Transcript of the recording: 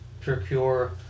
procure